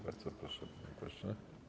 Bardzo proszę, panie pośle.